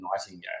Nightingale